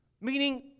Meaning